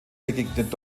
begegnet